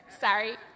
Sorry